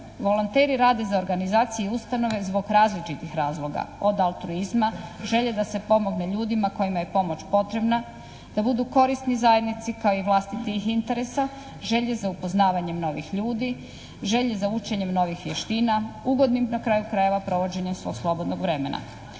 Volonteri rade za organizacije i ustanove zbog različitih razloga. Od altruizma, želje da se pomogne ljudima kojima je pomoć potrebna, da budu korisni zajednici pa i vlastitih interesa, želje za upoznavanjem novih ljudi, želje za učenjem novih vještina, ugodnim na kraju krajeva provođenjem svog slobodnog vremena.